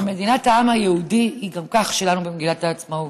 ומדינת העם היהודי שלנו היא כך גם במגילת העצמאות.